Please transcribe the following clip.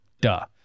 Duh